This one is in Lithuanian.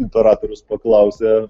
imperatorius paklausė